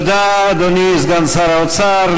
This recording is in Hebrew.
אדוני היושב-ראש,